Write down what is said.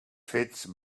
fets